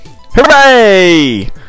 hooray